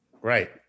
Right